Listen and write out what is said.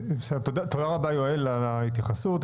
בסדר, תודה רבה יואל על ההתייחסות.